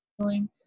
feeling